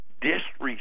disrespect